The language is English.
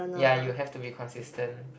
ya you have to be consistent